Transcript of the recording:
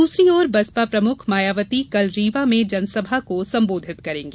दूसरी ओर बसपा प्रमुख मायावती कल रीवा में जनसभा को संबोधित करेंगी